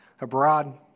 abroad